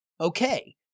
okay